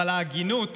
אבל ההגינות